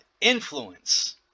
influence